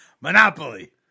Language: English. Monopoly